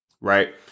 right